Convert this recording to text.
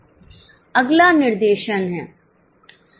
अगला निर्देशन है